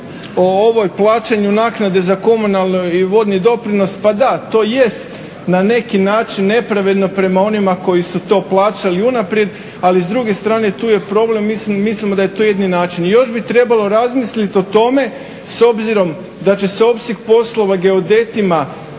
o ovoj plaćanju naknade za komunalni i vodni doprinos, pa da to jest na neki način nepravedno prema onima koji su to plaćali unaprijed, ali s druge strane tu je problem mislimo da je to jedini način. Još bi trebalo razmisliti o tome s obzirom da će se opseg posla geodetima